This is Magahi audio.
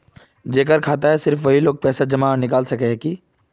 जेकर खाता है सिर्फ वही लोग पैसा जमा आर निकाल सके है की?